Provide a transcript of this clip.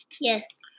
Yes